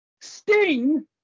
Sting